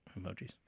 emojis